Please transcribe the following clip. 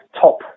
top